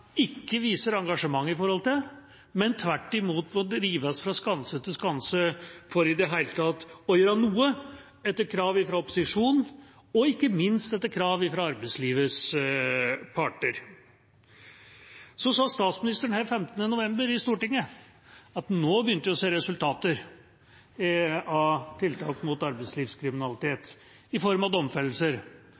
ikke viser engasjement for et av de store samfunnsproblemene, men tvert imot må drives fra skanse til skanse for i det hele tatt å gjøre noe etter krav fra opposisjonen, og ikke minst etter krav fra arbeidslivets parter. Så sa statsministeren den 15. november her i Stortinget at nå begynner vi å se resultater av tiltak mot arbeidslivskriminalitet «i form av domfellelser»,